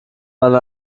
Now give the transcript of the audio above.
mal